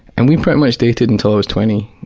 and we pretty much dated until i was twenty,